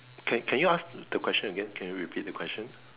can can you ask the question again can you repeat the question